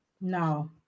no